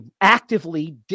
actively